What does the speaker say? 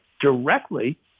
directly